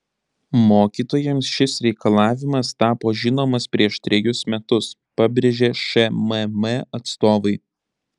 mokytojams šis reikalavimas tapo žinomas prieš trejus metus pabrėžė šmm atstovai